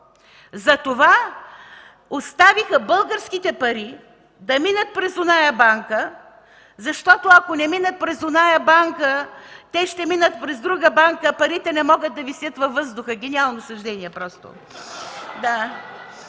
затова оставиха българските пари да минат през оная банка, защото, ако не минат през оная банка, те ще минат през друга банка, а парите не могат да висят във въздуха.” Просто гениално съждение.